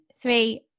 three